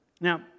Now